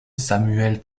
samuel